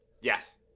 Yes